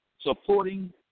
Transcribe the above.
supporting